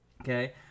Okay